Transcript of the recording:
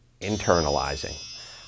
internalizing